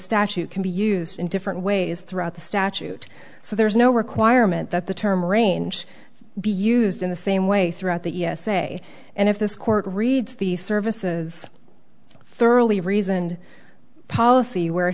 statute can be used in different ways throughout the statute so there is no requirement that the term range be used in the same way throughout the essay and if this court reads the services thoroughly reasoned policy where